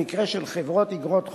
במקרה של חברות איגרות חוב,